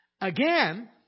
again